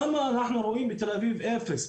למה אנחנו רואים בתל אביב אפס?